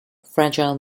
fragile